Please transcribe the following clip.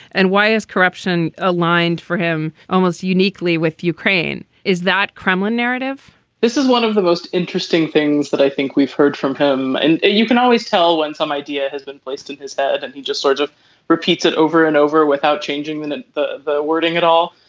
and why is corruption aligned for him almost uniquely with ukraine. is that kremlin narrative this is one of the most interesting things that i think we've heard from him. and you can always tell when some idea has been placed in his head and he just sort of repeats it over and over without changing the the wording at all.